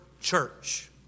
church